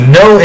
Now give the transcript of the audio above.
no